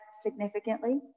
significantly